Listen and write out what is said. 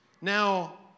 Now